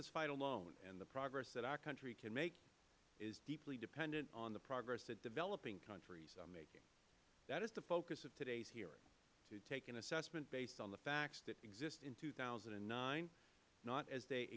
this fight alone and the progress that our country can make is deeply dependent on the progress that developing countries are making that is the focus of today's hearing to take an assessment based on the facts that exist in two thousand and nine not as they